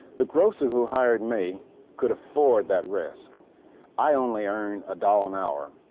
the grocer who hired me could afford that risk i only earned a dollar an hour.